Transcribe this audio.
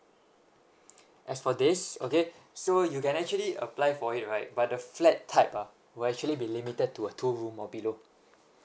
as for this okay so you can actually apply for it right but the flat type ah will actually be limited to a two room or below